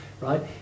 right